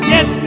Yes